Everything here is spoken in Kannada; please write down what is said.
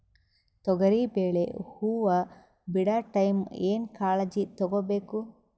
ತೊಗರಿಬೇಳೆ ಹೊವ ಬಿಡ ಟೈಮ್ ಏನ ಕಾಳಜಿ ತಗೋಬೇಕು?